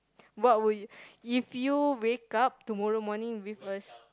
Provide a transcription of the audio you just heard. what would you if you wake up tomorrow morning with a